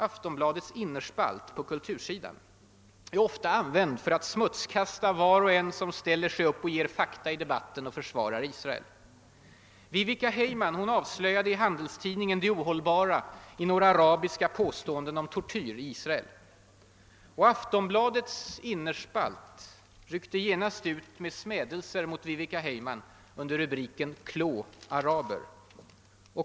Aftonbladets innerspalt på kultursidan är ofta använd för att smutskasta var och en som ställer sig upp för att ge fakta i debatten och försvara Israel. Viveka Heyman avslöjade i Handelstid ningen det ohållbara i några arabiska påståenden om tortyr i Israel. Aftonbladets innerspalt ryckte genast ut med smädelser mot Viveka Heyman under rubriken »Klå araber».